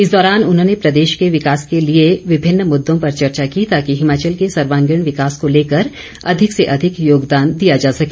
इस दौरान उन्होंने प्रदेश के विकास के लिए विभिन्न मुददों पर चर्चा की ताकि हिमाचल के सर्वागीण विकास को लेकर अधिक से अधिक योगदान दिया जा सके